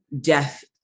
death